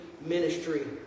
Ministry